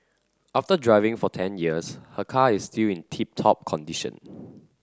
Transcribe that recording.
after driving for ten years her car is still in tip top condition